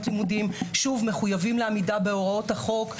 לימודים ומחויבים לעמידה בהוראות החוק.